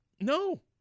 No